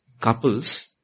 Couples